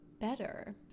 better